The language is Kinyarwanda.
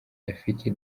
rafiki